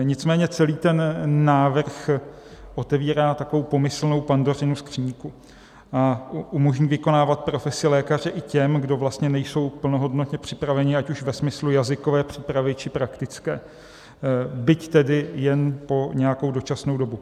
Nicméně celý ten návrh otevírá takovou pomyslnou Pandořinu skříňku a umožní vykonávat profesi lékaře i těm, kdo vlastně nejsou plnohodnotně připraveni ať už ve smyslu jazykové přípravy, či praktické, byť tedy jen po nějakou dočasnou dobu.